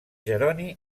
jeroni